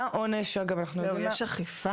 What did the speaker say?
יש אכיפה?